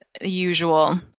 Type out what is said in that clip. usual